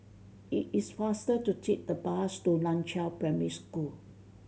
it is faster to take the bus to Nan Chiau Primary School